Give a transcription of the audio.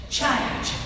change